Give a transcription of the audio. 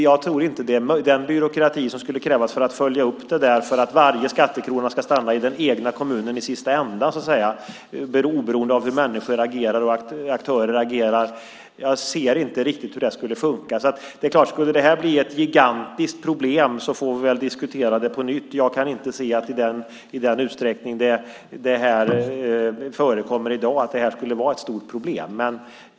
Det skulle krävas en stor byråkrati för att följa upp att varje skattekrona, oberoende av hur människor och aktörer agerar, stannar i den egna kommunen i slutändan. Jag ser inte riktigt hur det skulle fungera. Skulle det här bli ett gigantiskt problem får vi väl diskutera det på nytt. Jag kan inte se att det här skulle vara ett stort problem i den utsträckning det här förekommer i dag.